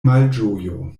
malĝojo